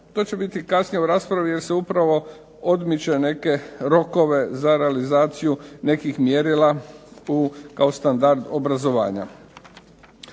To će biti kasnije u raspravi, jer se upravo odmiče neke rokove za realizaciju nekih mjerila kao standard obrazovanja.